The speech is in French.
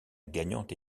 gagnante